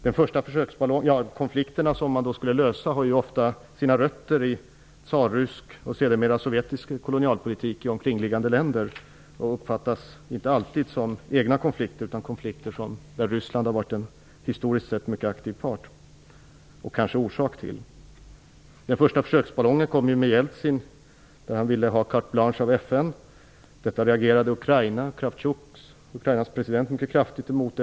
De konflikter som skall lösas har ofta sina rötter i tsarrysk och sedermera i sovjetisk kolonialpolitik i omkringliggande länder. De uppfattas inte alltid som egna konflikter utan som konflikter där Ryssland historiskt sett har varit en mycket aktiv part och kanske orsakat konflikter. Den första försöksballongen kom med Jeltsin. Han ville ha carte blanche av FN. Detta reagerade Ukrainas president, Kravtjuk, mycket kraftigt emot.